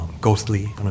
ghostly